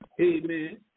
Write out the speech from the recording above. amen